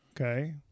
Okay